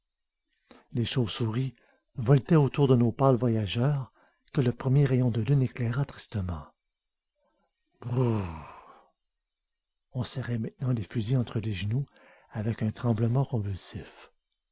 les chauves-souris voletaient autour de nos pâles voyageurs que le premier rayon de la lune éclaira tristement brrr on serrait maintenant les fusils entre les genoux avec un tremblement convulsif